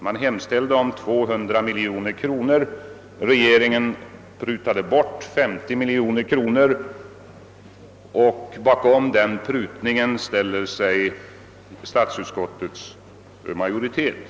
Man föreslog ett belopp på 200 miljoner kronor, regeringen prutade bort 50 miljoner kronor och bakom den prutningen ställde sig statsutskottets majoritet.